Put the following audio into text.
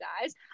guys